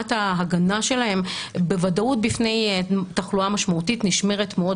רמת ההגנה שלהם בוודאות בפני תחלואה משמעותית נשמרת מאוד